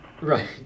Right